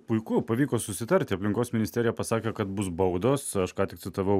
puiku pavyko susitarti aplinkos ministerija pasakė kad bus baudos aš ką tik citavau